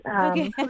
Okay